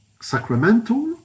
sacramental